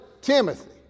Timothy